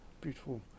Beautiful